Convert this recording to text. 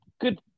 good